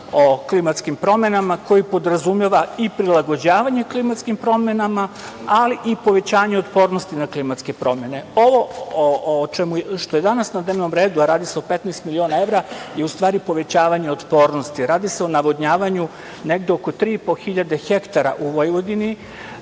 o klimatskim promenama koji podrazumeva i prilagođavanje klimatskim promenama, ali i povećanje otpornosti na klimatske promene. Ovo što je danas na dnevnom redu, a radi se o 15 miliona evra je u stvari povećavanje otpornosti. Radi se o navodnjavanju negde oko 3500 hektara u Vojvodini,